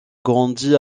grandi